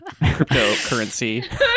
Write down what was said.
Cryptocurrency